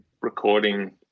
recording